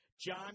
John